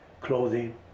clothing